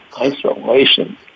isolation